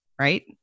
right